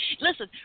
Listen